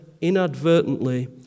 inadvertently